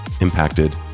impacted